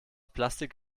plastik